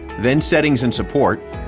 then settings and support,